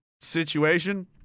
situation